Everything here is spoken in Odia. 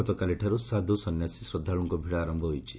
ଗତକାଲିଠାରୁ ସାଧୁ ସନ୍ନ୍ୟାସୀ ଶ୍ରଦ୍ଧାଳୁଙ୍କ ଭିଡ଼ ଆର ହୋଇଛି